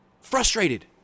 frustrated